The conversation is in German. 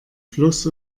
fluss